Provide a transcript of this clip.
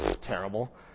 Terrible